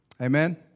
Amen